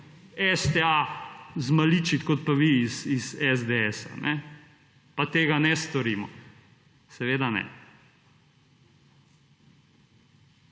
STA zmaličiti kot pa vi iz SDS pa tega ne storimo seveda ne.